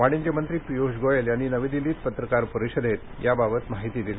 वाणिज्य मंत्री पियूष गोयल यांनी नवी दिल्लीत पत्रकार परिषदेत याबाबत माहिती दिली